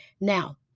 Now